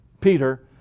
Peter